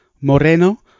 moreno